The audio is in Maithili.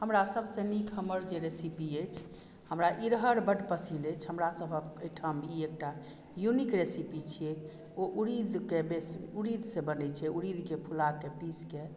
हमरा सभसँ नीक हमर जे रेसिपी अछि हमरा इरहड़ बड पसिन्न अछि हमरासभक ओहिठाम ई एकटा युनिक रेसीपी छियै ओ उड़ीदकेँ बेसन उड़ीदसँ बनैत छै उड़ीदकेँ फुलाके पीसके